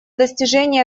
достижения